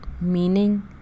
Meaning